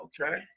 Okay